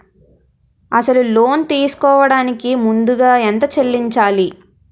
అసలు లోన్ తీసుకోడానికి ముందుగా ఎంత చెల్లించాలి?